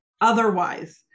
otherwise